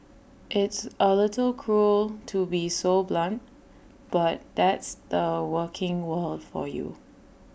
it's A little cruel to be so blunt but that's the working world for you